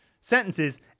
sentences